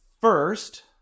first